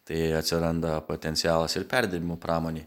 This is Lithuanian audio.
tai atsiranda potencialas ir perdirbimų pramonei